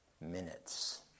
minutes